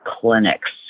clinics